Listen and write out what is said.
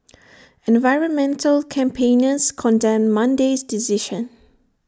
environmental campaigners condemned Monday's decision